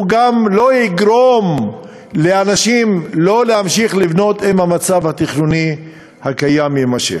הוא גם לא יגרום לאנשים לא להמשיך לבנות אם המצב התכנוני הקיים יימשך.